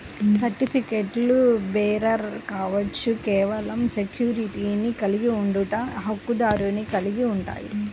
సర్టిఫికెట్లుబేరర్ కావచ్చు, కేవలం సెక్యూరిటీని కలిగి ఉండట, హక్కుదారుని కలిగి ఉంటాయి,